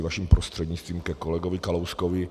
Vaším prostřednictvím ke kolegovi Kalouskovi.